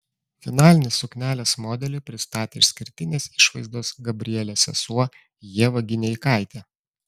finalinį suknelės modelį pristatė išskirtinės išvaizdos gabrielės sesuo ieva gineikaitė